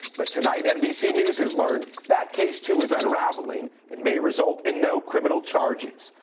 but tonight nbc news has learned that case too is unraveling and may result in no criminal charges.